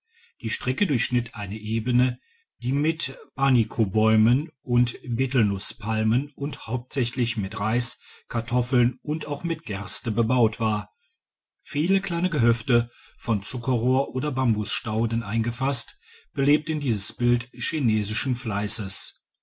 die strecke durchschnitt eine ebene die mit banikobäumen und betelnusspalmen und hauptsächlich mit reis kartoffeln und auch mit gerste bebaut war viele kleine gehöfte von zuckerrohr oder bambusstauden eingefasst belebten dies bild chinesischen fleisses